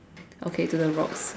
okay to the rocks